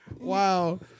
Wow